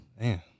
Man